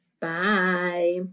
bye